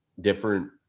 different